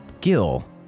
Gil